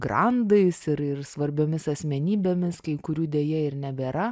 grandais ir ir svarbiomis asmenybėmis kai kurių deja ir nebėra